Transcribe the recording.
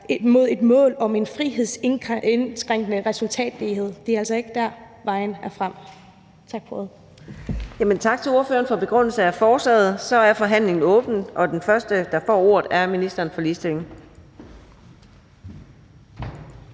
mod et mål om en frihedsindskrænkende resultatlighed. Det er altså ikke der, vejen frem er. Tak for ordet.